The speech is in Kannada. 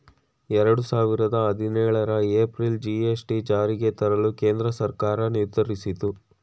ಎರಡು ಸಾವಿರದ ಹದಿನೇಳರ ಏಪ್ರಿಲ್ ಜಿ.ಎಸ್.ಟಿ ಜಾರಿಗೆ ತರಲು ಕೇಂದ್ರ ಸರ್ಕಾರ ನಿರ್ಧರಿಸಿತು